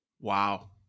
Wow